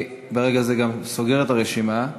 אני ברגע זה סוגר את הרשימה.